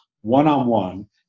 one-on-one